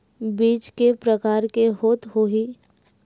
बीज के प्रकार के होत होही?